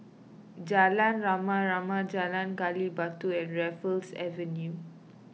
Jalan Rama Rama Jalan Gali Batu and Raffles Avenue